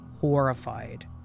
horrified